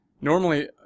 normally